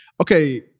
okay